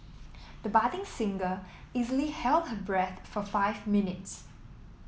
the budding singer easily held her breath for five minutes